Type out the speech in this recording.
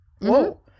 Whoa